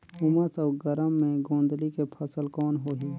उमस अउ गरम मे गोंदली के फसल कौन होही?